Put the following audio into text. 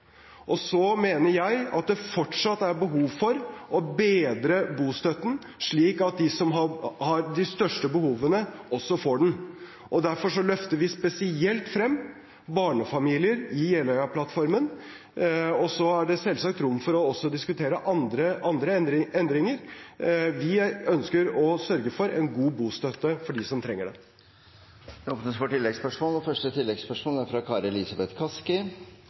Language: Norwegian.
mener at det fortsatt er behov for å bedre bostøtten, slik at de som har de største behovene, også får den. Derfor løfter vi spesielt frem barnefamilier i Jeløya-plattformen. Så er det selvsagt rom for også å diskutere andre endringer. Vi ønsker å sørge for en god bostøtte for dem som trenger det. Det blir gitt anledning til oppfølgingsspørsmål – først Kari Elisabeth Kaski.